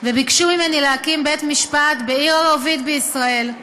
וביקשו ממני להקים בית-משפט בעיר ערבית בישראל.